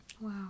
Wow